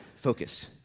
Focus